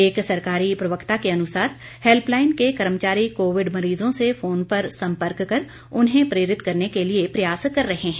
एक सरकारी प्रवक्ता के अनुसार हैल्पलाईन के कर्मचारी कोविड मरीजों से फोन पर सम्पर्क कर उन्हें प्रेरित करने के लिए प्रयास कर रहे है